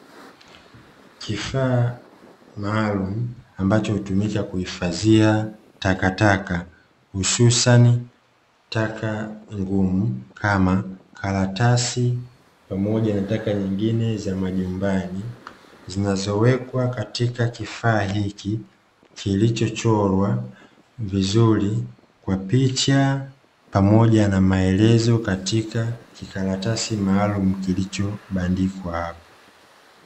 Kifaa maalum ambacho hutumika kuhifadhia takataka hususani taka ngumu kama karatasi, pamoja na taka nyingine za majumbani zinazowekwa katika kifaa hiki kilicho chorwa vizuri kwa picha pamoja na maelezo katika kikaratasi maalum kilicho bandikwa.